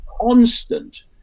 constant